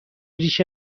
ریش